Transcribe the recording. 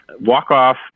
walk-off